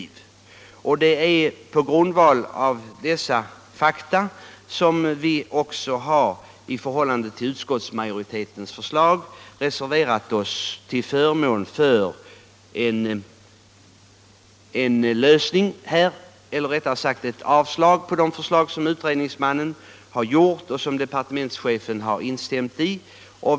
Reglering av priserna på jordbruksproduk Det är på grundval av dessa fakta som vi också har reserverat oss mot utskottsmajoritetens förslag och yrkat avslag på det förslag som utredningsmannen framlagt och som departementschefen instämt i.